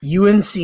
UNC